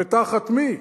ותחת מי?